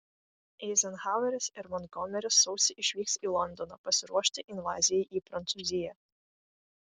eizenhaueris ir montgomeris sausį išvyks į londoną pasiruošti invazijai į prancūziją